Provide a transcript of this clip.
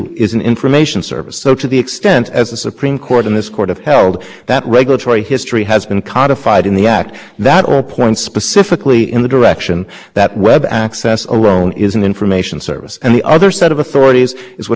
certain instances at least delegated to the commission the praga have to make certain judgments to fill in gaps in the statute but the congress that wrote that access to the internet should remain unfettered by federal regulation wasn't we think delegating to the